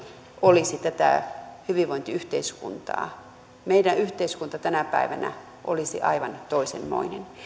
olisi tätä hyvinvointiyhteiskuntaa meidän yhteiskuntamme tänä päivänä olisi aivan toisenmoinen